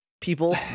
people